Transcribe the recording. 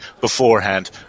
beforehand